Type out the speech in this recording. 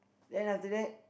then after that